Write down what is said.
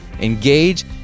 engage